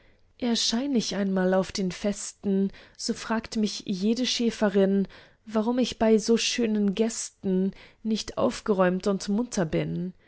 erschein ich einmal auf den festen so fragt mich jede schäferin warum ich bei so schönen gästen nicht aufgeräumt und munter bin